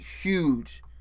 huge